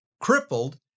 crippled